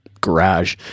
garage